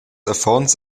affons